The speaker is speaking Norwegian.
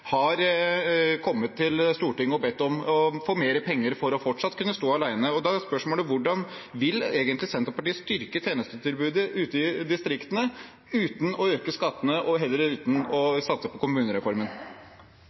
har kommet til Stortinget og bedt om å få mer penger for fortsatt å kunne stå alene. Spørsmålet er: Hvordan vil Senterpartiet egentlig styrke tjenestetilbudet ute i distriktene – uten å øke skattene og uten